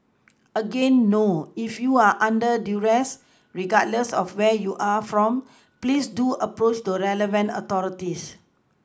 again no if you are under duress regardless of where you are from please do approach the relevant authorities